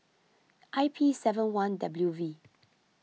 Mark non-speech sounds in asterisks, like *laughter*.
*noise* I P seven one W V